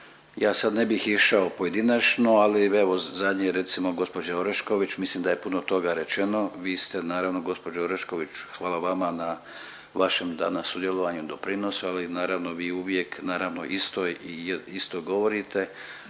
Ja sad ne bih išao pojedinačno, ali evo zadnje recimo gospođe Orešković mislim da je puno toga rečeno. Vi ste naravno gospođo Orešković hvala vama na vašem danas sudjelovanju, doprinosu ali naravno vi uvijek, naravno isto govorite